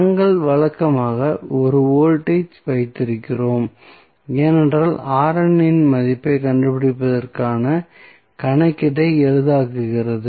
நாங்கள் வழக்கமாக 1 வோல்ட்டை வைத்திருக்கிறோம் ஏனென்றால் இன் மதிப்பைக் கண்டுபிடிப்பதற்கான கணக்கீட்டை எளிதாக்குகிறது